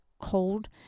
cold